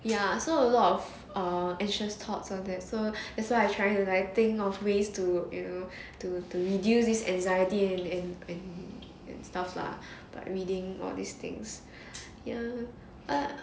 ya so a lot of err anxious thoughts all that so that's why I trying to think of ways to you know to to reduce this anxiety and and and stuff lah like reading all these things ya ah